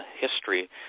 history